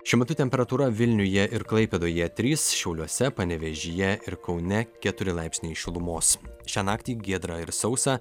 šiuo metu temperatūra vilniuje ir klaipėdoje trys šiauliuose panevėžyje ir kaune keturi laipsniai šilumos šią naktį giedra ir sausa